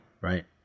Right